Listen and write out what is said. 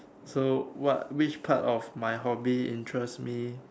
so what which part of my hobby interests me